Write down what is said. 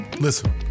listen